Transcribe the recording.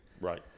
Right